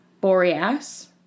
Boreas